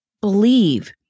believe